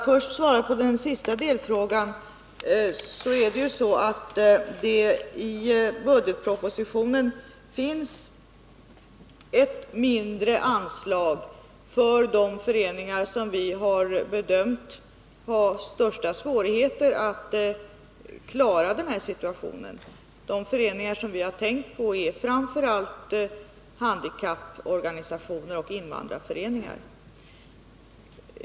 Herr talman! I budgetpropositionen finns ett mindre anslag för sådana föreningar som vi bedömt ha de största svårigheterna att klara denna situation. De föreningar vi tänkt på är framför allt handikapporganisationer och invandrarföreningar.